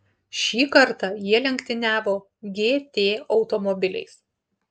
šį kartą jie lenktyniavo gt automobiliais